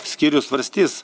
skyrius svarstys